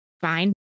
fine